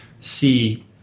see